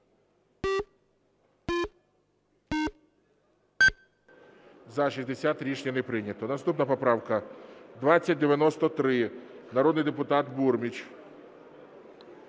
За-60 Рішення не прийнято. Наступна поправка 2093. Народний депутат Бурміч.